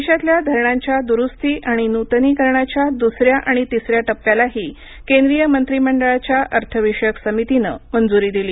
देशातल्या धरणांच्या द्रुस्ती आणि नूतनीकरणाच्या दूस या आणि तिसऱ्या टप्प्यालाही केंद्रीय मंत्री मंडळाच्या अर्थ विषयक समितीनं मंजूरी दिली